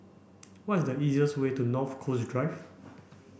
what is the easiest way to North Coast Drive